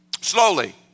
Slowly